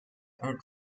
are